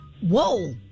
Whoa